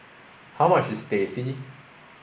how much is Teh C